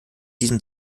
diesem